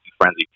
frenzy